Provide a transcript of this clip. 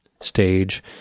stage